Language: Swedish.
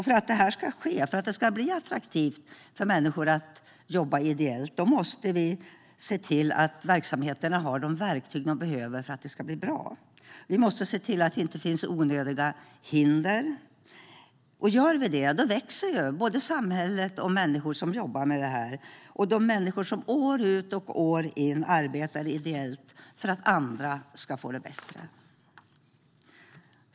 För att det här ska ske och för att det ska bli attraktivt för människor att jobba ideellt måste vi se till att verksamheterna har de verktyg de behöver. Vi måste se till att det inte finns onödiga hinder, och gör vi detta, då växer både samhället och människor som år ut och år in arbetar ideellt för att andra ska få det bättre.